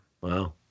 Wow